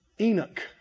Enoch